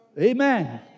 amen